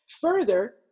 Further